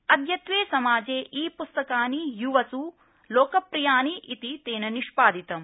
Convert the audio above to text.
अद्यत्वे समाजे ई प्स्तकानि य्वस् लोकप्रियानि इति तेन निष्पादितम्